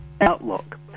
outlook